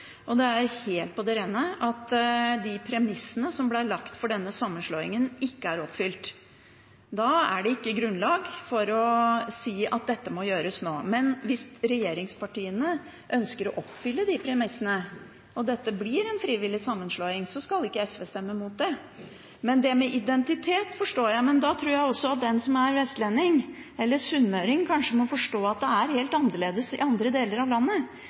og det er helt på det rene at de premissene som ble lagt for denne sammenslåingen, ikke er oppfylt. Da er det ikke grunnlag for å si at dette må gjøres nå. Men hvis regjeringspartiene ønsker å oppfylle de premissene, og dette blir en frivillig sammenslåing, skal ikke SV stemme imot det. Det med identitet forstår jeg, men da tror jeg også at en vestlending eller en sunnmøring kanskje må forstå at det er helt annerledes i andre deler av landet.